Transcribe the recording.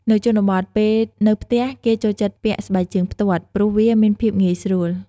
នៅជនបទ ពេលនៅផ្ទះគេចូលចិត្តពាក់ស្បែកជើងផ្ទាត់ ព្រោះវាមានភាពងាយស្រួល។